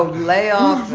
ah lay off.